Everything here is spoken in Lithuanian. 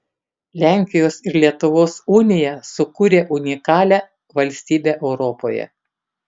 lenkijos ir lietuvos unija sukūrė unikalią valstybę europoje